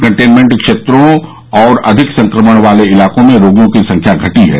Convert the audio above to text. containment क्षेत्रों और अधिक संक्रमण वाले इलाके में रोगियों की संख्या घटी है